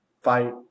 fight